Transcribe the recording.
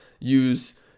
use